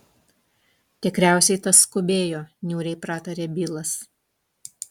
tikriausiai tas skubėjo niūriai pratarė bilas